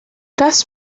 das